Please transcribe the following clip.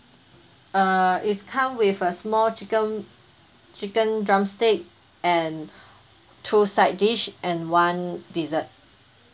uh is come with a small chicken chicken drumstick and two side dish and one dessert